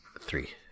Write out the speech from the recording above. three